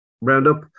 Roundup